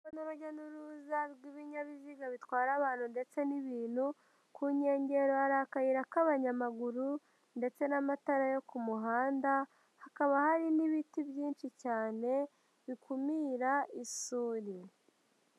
Urujya n'uruza rw'ibinyabiziga bitwara abantu ndetse n'ibintu, ku nkengero hari akayira k'abanyamaguru ndetse n'amatara yo ku muhanda, hakaba hari n'ibiti byinshi cyane bikumira isuri.